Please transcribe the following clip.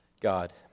God